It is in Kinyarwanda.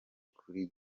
kuri